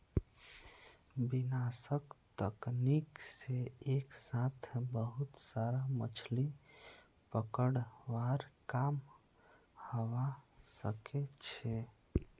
विनाशक तकनीक से एक साथ बहुत सारा मछलि पकड़वार काम हवा सके छे